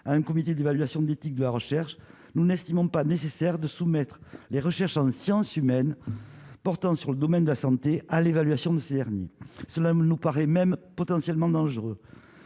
3 un comité d'évaluation d'éthique de la recherche, nous n'estimons pas nécessaire de soumettre les recherches en sciences humaines, portant sur le domaine de la santé à l'évaluation de ces derniers, cela nous paraît même potentiellement dangereux